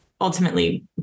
ultimately